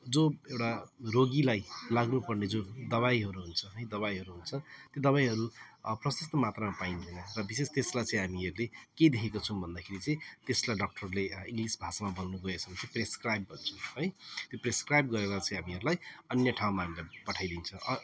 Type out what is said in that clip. जो एउटा रोगीलाई लाग्नु पर्ने जुन दबाईहरू हुन्छ है दबाईहरू हुन्छ त्यो दबाईहरू प्रशस्त मात्रमा पाइँदैन र विशेष त्यसलाई चाहिँ हामीहरूले के देखेको छौँ भन्दाखेरि चाहिँ त्यसलाई डाक्टरले इङ्ग्लिस भाषामा बोल्नु गएछ भने चाहिँ प्रेसक्राइब भन्छ है त्यो प्रेसक्राइब गरेर चाहिँ हामीहरूलाई अन्य ठाउँमा हामीलाई पठाइदिन्छ